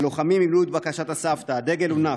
הלוחמים מילאו את בקשת הסבתא: הדגל הונף.